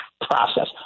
process